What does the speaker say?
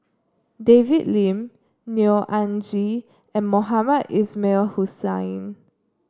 David Lim Neo Anngee and Mohamed Ismail Hussain